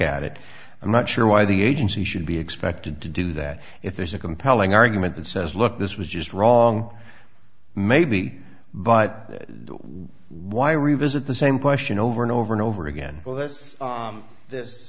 at it i'm not sure why the agency should be expected to do that if there's a compelling argument that says look this was just wrong maybe but why revisit the same question over and over and over again well th